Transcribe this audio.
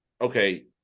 okay